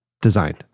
Designed